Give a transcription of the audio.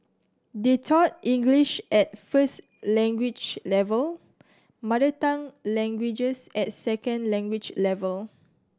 they taught English at first language level mother tongue languages at second language level